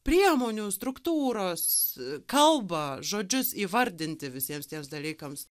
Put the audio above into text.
priemonių struktūros kalbą žodžius įvardinti visiems tiems dalykams